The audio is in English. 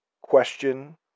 question